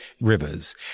rivers